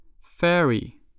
Fairy